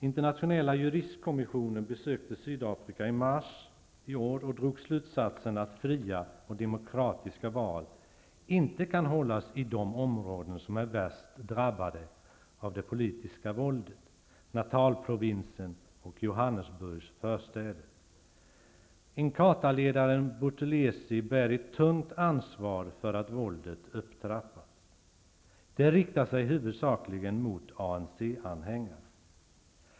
Internationella juristkommissionen besökte Sydafrika i mars i år och drog slutsatsen att fria och demokratiska val inte kan hållas i de områden som är värst drabbade av det politiska våldet, Natalprovinsen och Johannesburgs förstäder. Inkathaledaren Buthelezi bär ett tungt ansvar för att våldet upptrappats. Det riktar sig huvudsakligen mot ANC-anhängare.